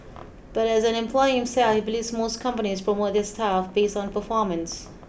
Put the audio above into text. but as an employer himself he believes most companies promote their staff based on performance